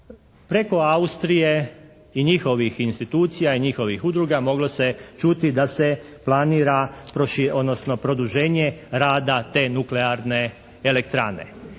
preko Austrije i njihovih institucija i njihovih udruga moglo se čuti da se planira odnosno produženje rada te nuklearne elektrane.